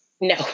No